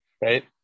Right